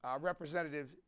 Representative